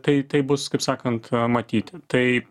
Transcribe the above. tai taip bus kaip sakant matyti tai